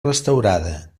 restaurada